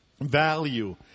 value